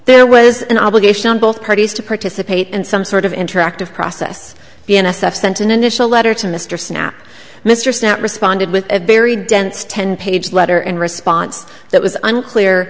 there was an obligation on both parties to participate in some sort of interactive process the n s f sent an initial letter to mr snap mr snap responded with a very dense ten page letter in response that was unclear